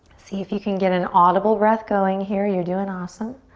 see if you can get an audible breath going here. you're doin' awesome.